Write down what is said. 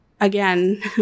again